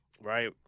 right